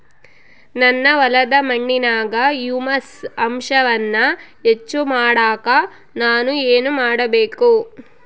ನನ್ನ ಹೊಲದ ಮಣ್ಣಿನಾಗ ಹ್ಯೂಮಸ್ ಅಂಶವನ್ನ ಹೆಚ್ಚು ಮಾಡಾಕ ನಾನು ಏನು ಮಾಡಬೇಕು?